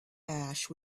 ash